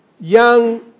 young